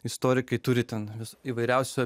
istorikai turi ten įvairiausių